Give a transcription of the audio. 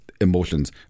Emotions